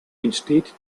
entsteht